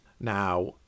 Now